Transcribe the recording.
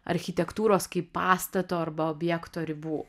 architektūros kaip pastato arba objekto ribų